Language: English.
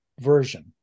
version